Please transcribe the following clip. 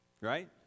right